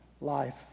life